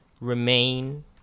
remain